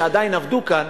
שעדיין עבדו כאן,